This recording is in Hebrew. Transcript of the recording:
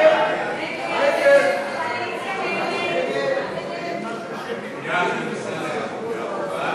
ההסתייגויות לסעיף 04, משרד ראש הממשלה,